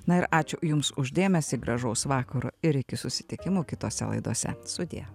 na ir ačiū jums už dėmesį gražaus vakaro ir iki susitikimų kitose laidose sudie